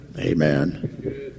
Amen